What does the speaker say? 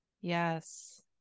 yes